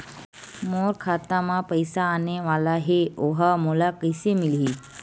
मोर खाता म पईसा आने वाला हे ओहा मोला कइसे मिलही?